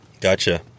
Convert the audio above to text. Gotcha